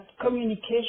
communication